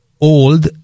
old